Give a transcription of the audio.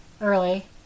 early